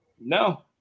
No